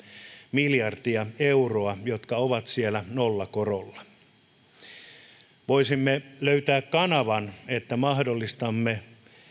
miljardia euroa jotka ovat siellä nollakorolla että voisimme löytää kanavan että mahdollistamme